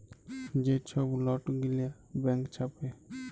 যে ছব লট গিলা ব্যাংক ছাপে